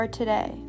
today